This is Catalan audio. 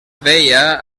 veia